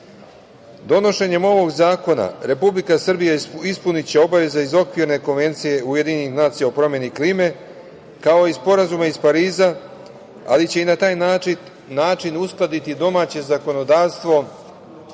godine. Donošenjem ovog zakona Republika Srbija ispuniće obaveze iz Okvirne konvencije UN o promeni klime, kao i Sporazuma iz Pariza, ali će i na taj način uskladiti domaće zakonodavstvo